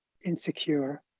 insecure